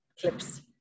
clips